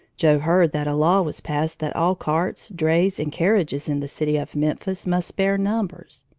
joe heard that a law was passed that all carts, drays, and carriages in the city of memphis must bear numbers.